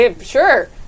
Sure